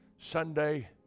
Sunday